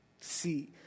see